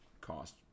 cost